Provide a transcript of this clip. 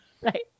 Right